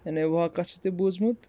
یعنی واقعہ چھِ تۄہہِ بوٗزمُت